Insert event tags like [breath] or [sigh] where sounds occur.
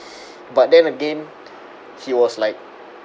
[breath] but then again he was like